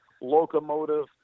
locomotive